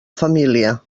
família